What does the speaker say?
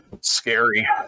scary